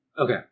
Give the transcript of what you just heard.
Okay